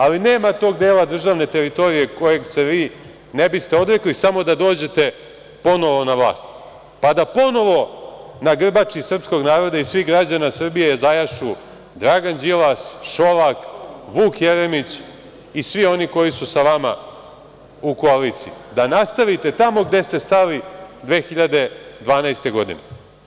Ali, nema tog dela državne teritorije kojeg se vi ne biste odrekli samo da dođete ponovo na vlast, pa da ponovo na grbači srpskog naroda i svih građana Srbije zajašu Dragan Đilas, Šolak, Vuk Jeremić i svi oni koji su sa vama u koaliciji, da nastavite tamo gde ste stali 2012. godine.